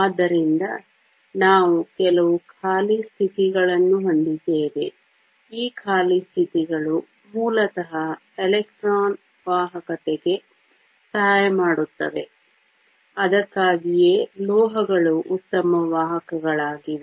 ಆದ್ದರಿಂದ ನಾವು ಕೆಲವು ಖಾಲಿ ಸ್ಥಿತಿಗಳನ್ನು ಹೊಂದಿದ್ದೇವೆ ಈ ಖಾಲಿ ಸ್ಥಿತಿಗಳು ಮೂಲತಃ ಎಲೆಕ್ಟ್ರಾನ್ಗಳ ವಾಹಕತೆಗೆ ಸಹಾಯ ಮಾಡುತ್ತವೆ ಅದಕ್ಕಾಗಿಯೇ ಲೋಹಗಳು ಉತ್ತಮ ವಾಹಕಗಳಾಗಿವೆ